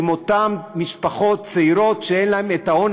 ואותן משפחות צעירות שאין להן את ההון